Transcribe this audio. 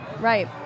right